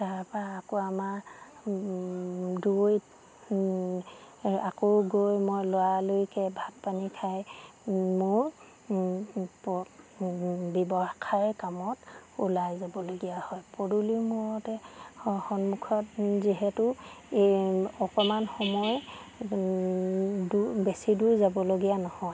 তাৰপৰা আকৌ আমাৰ দূৰৈত আকৌ গৈ মই লৰালৰিকৈ ভাত পানী খাই মোৰ ব্যৱসায়ৰ কামত ওলাই যাবলগীয়া হয় পদূলি মূৰতে সন্মুখত যিহেতু অকণমান সময় বেছি দূৰ যাবলগীয়া নহয়